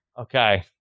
Okay